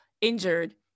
injured